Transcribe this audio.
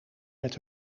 met